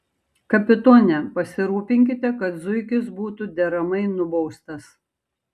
kapitone pasirūpinkite kad zuikis būtų deramai nubaustas